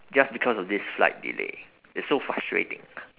just because of this flight delay it's so frustrating